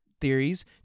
theories